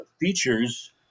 features